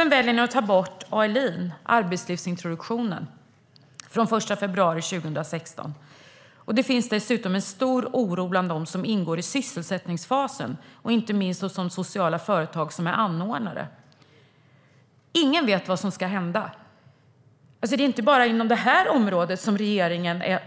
Ni väljer att ta bort ALI från den 1 februari 2016. Det finns dessutom en stor oro hos dem som ingår i sysselsättningsfasen, inte minst hos de sociala företag som är anordnare. Ingen vet vad som ska hända. Det är inte bara inom detta område som regeringen är